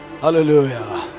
Hallelujah